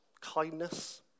kindness